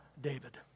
David